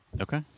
Okay